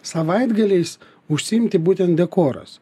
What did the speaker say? savaitgaliais užsiimti būtent dekoras